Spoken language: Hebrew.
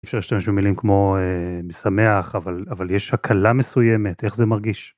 אי אפשר להשתמש במילים כמו משמח, אבל יש הקלה מסוימת, איך זה מרגיש.